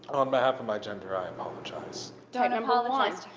on behalf of my gender i apologize. don't apologize.